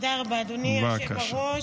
תודה רבה, אדוני היושב-ראש.